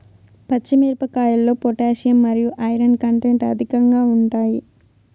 పచ్చి మిరపకాయల్లో పొటాషియం మరియు ఐరన్ కంటెంట్ అధికంగా ఉంటాయి